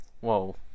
whoa